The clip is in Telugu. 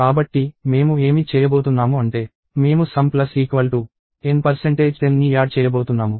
కాబట్టి మేము ఏమి చేయబోతున్నాము అంటే - మేము sumN10 ని యాడ్ చేయబోతున్నాము